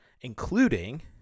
including